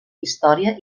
història